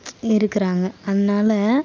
இருக்கிறாங்க அதனால்